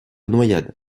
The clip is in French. noyade